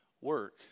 work